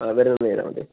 അവിടെനിന്ന് നേരെ മതിയോ